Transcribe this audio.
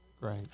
Great